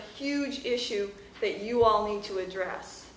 huge issue that you all need to address